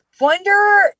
wonder